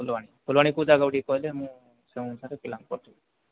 ଫୁଲବାଣୀ ଫୁଲବାଣୀ କେଉଁ ଜାଗାକୁ ଟିକେ କହିଲେ ମୁଁ ସେଇ ଅନୁସାରେ ପିଲାଙ୍କୁ ପଠେଇବି